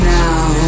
now